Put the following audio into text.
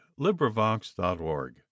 LibriVox.org